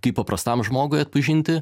kaip paprastam žmogui atpažinti